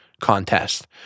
contest